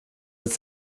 als